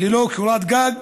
נשארו ללא קורת גג.